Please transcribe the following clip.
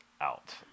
out